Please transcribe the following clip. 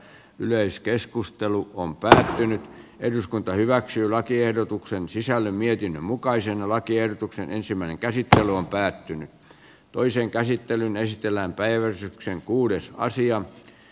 yleiskeskustelu on päsähtinyt eduskunta hyväksyi lakiehdotuksen sisällön mietinnön mukaisena lakiehdotuksen ensimmäinen käsittely on päättynyt toiseen käsittelyyn esitellään päivystyksen kuudes naisia